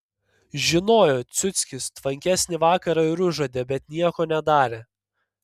žinojo ciuckis tvankesnį vakarą ir užuodė bet nieko nedarė